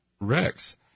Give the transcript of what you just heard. Rex